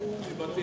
הוצאו מבתיהן?